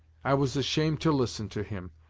i was ashamed to listen to him,